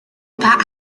that